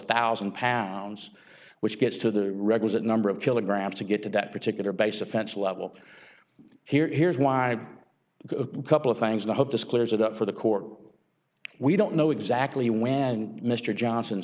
thousand pounds which gets to the requisite number of kilograms to get to that particular base offense level here here's why a couple of things and i hope this clears it up for the court we don't know exactly when mr johnson